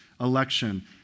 election